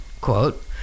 Quote